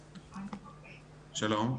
שלום.